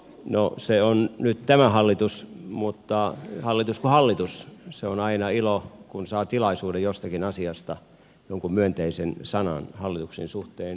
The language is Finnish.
no se on nyt tämä hallitus mutta hallitus kuin hallitus on aina ilo kun saa tilaisuuden jostakin asiasta jonkun myönteisen sanan hallituksen suhteen kertoa